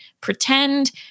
pretend